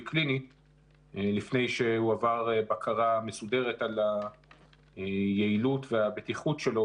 קליני לפני שהוא עבר בקרה מסוימת על היעילות והבטיחות שלו,